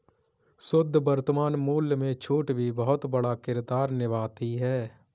शुद्ध वर्तमान मूल्य में छूट भी बहुत बड़ा किरदार निभाती है